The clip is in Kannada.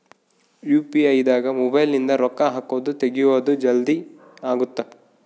ಯು.ಪಿ.ಐ ದಾಗ ಮೊಬೈಲ್ ನಿಂದ ರೊಕ್ಕ ಹಕೊದ್ ತೆಗಿಯೊದ್ ಜಲ್ದೀ ಅಗುತ್ತ